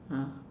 ah